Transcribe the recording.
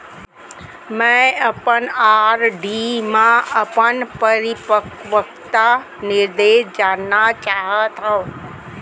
मै अपन आर.डी मा अपन परिपक्वता निर्देश जानना चाहात हव